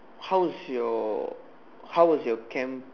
how's was you how was your Chem